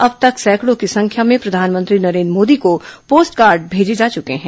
अब तक सैकड़ों की संख्या में प्रधानमंत्री नरेन्द्र मोदी को पोस्ट कार्ड भेजे जा चुके हैं